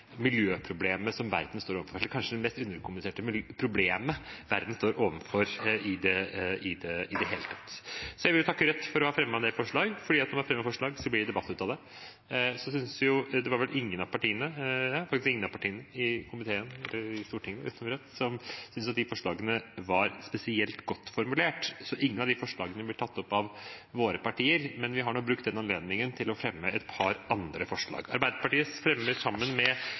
verden står overfor – kanskje det mest underkommuniserte problemet verden står overfor i det hele tatt. Jeg vil takke Rødt for å ha fremmet en del forslag, for når man fremmer forslag, blir det debatt av det. Så var det vel ingen av partiene i komiteen, eller i Stortinget, bortsett fra Rødt, som syntes at de forslagene var spesielt godt formulert. Ingen av de forslagene blir tatt opp av våre partier, men vi har nå brukt denne anledningen til å fremme et par andre forslag. Arbeiderpartiet fremmer, sammen med